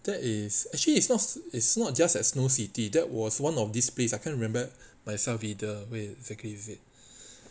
that is actually it's not it's not just at snow city that was one of this place I can't remember myself either where exactly is it